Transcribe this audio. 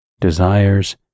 desires